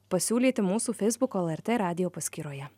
pasiūlyti mūsų feisbuko lrt radijo paskyroje